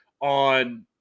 on